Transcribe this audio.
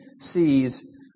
sees